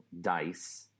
dice